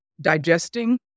digesting